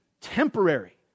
temporary